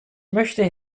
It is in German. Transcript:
möchte